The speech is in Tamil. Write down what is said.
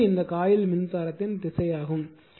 இதுவே இந்த காயில் மின்சாரத்தின் திசையாகும்